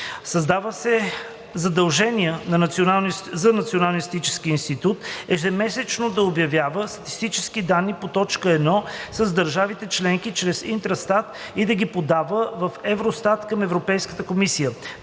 Създава се задължение за Националния статистически институт ежемесечно да обменя статистически данни по т. 1 с държавите членки чрез „Интрастат“ и да ги подава в „Евростат“ към Европейската комисия.